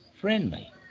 friendly